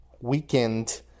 weekend